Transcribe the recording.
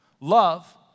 Love